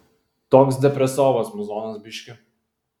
toks depresovas muzonas biškį